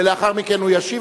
ולאחר מכן הוא ישיב,